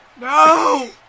No